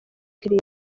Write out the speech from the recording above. irindwi